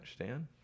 understand